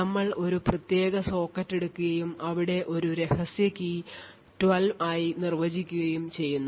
നമ്മൾ ഒരു പ്രത്യേക സോക്കറ്റ് എടുക്കുകയും ഇവിടെ ഒരു രഹസ്യ കീ 12 ആയി നിർവചിക്കുകയും ചെയ്യുന്നു